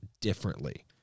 differently